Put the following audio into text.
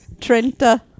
Trenta